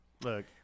look